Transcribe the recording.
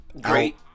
great